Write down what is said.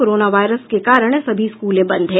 corona virus के कारण सभी स्कूलें बंद हैं